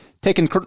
taking